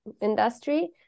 industry